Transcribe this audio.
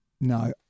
No